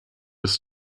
ist